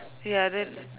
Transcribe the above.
ya then